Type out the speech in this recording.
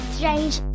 Strange